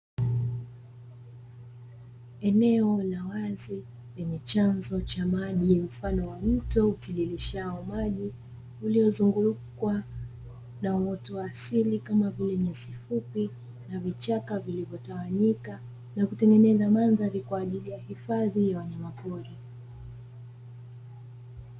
Eneo la wazi lenye chanzo cha maji mfano wa mto utiririshao maji, uliozungukwa na uoto wa asili kama vile nyasi fupi na vichaka vilivyotawanyika na kutengeneza mandhari kwa ajili ya hifadhi ya wanyamapori.